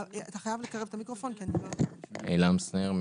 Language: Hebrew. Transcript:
עילם שניר,